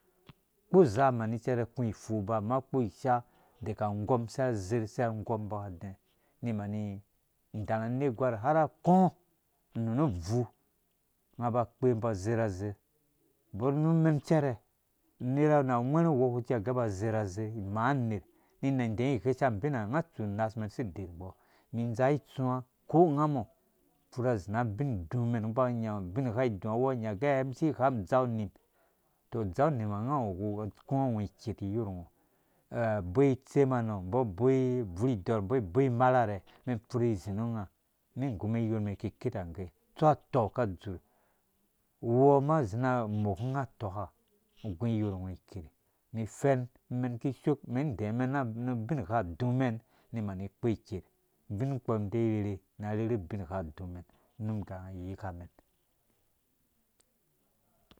Ku uzamani cɛrɛ uku ifu ba ama kpu isha dege angɔm sai azerh sei angɔm umbɔ aka adɛɛ ni mani indarha negwar har ung akɔɔ nu nu ubvu unga ba akpe umbɔ azerh azerh bɔr ru umɛn icɛrɛ unera na aww ungweru uwe kuci agɛ umbɔ azerh azerh imaa ner ina idɛɛ ighasha abine unga itsu unasmɛn usi idermgbɔ umum indzaa itsu. wa ko unga mɔ apfurha azi na abin idumɛn ungo uba unya ubingha idau uwɔɔ anya agɛ si igham udzɛu unim tɔ udzɛu unima unga awu ikuwa iker ri iyorngo uboi itsɛm nɔ umbɔ uboi imarha rɛ umɛn upfuri izi nu ungo umɛn ingumɛn iyormɛn iker ketangngga tsu atɔɔ kɛ adzurh uwɔɔ ma azi na amukanga atɔ ka ugu iyorango iker umum ifen umɛn koshook umern indeemen nu ubingha adumɛn ni imani ikpɔ iker ubinkpɔ ide irherhe na arherhe ubingha adumɛn unum igamga ayika umɛn